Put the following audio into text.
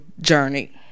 journey